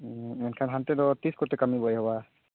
ᱢᱮᱱᱠᱷᱟᱱ ᱦᱟᱱᱛᱮ ᱫᱚ ᱛᱤᱥ ᱠᱚᱛᱮ ᱠᱟᱹᱢᱤ ᱵᱚ ᱮᱦᱚᱵᱟ